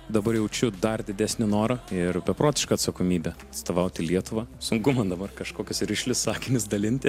dabar jaučiu dar didesnį norą ir beprotišką atsakomybę atstovauti lietuvą sunku man dabar kažkokius rišlius sakinius dalinti